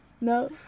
no